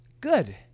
good